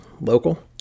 local